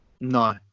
No